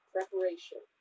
Preparation